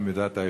במידת האפשר.